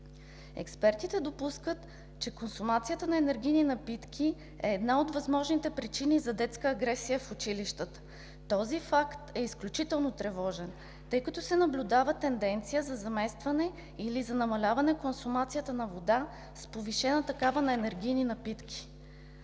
Експертите допускат, че консумацията на енергийни напитки е една от възможните причини за детска агресия в училищата. Този факт е изключително тревожен, тъй като се наблюдава тенденция за заместване или за намаляване консумацията на вода с повишена такава на енергийни напитки.